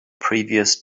previous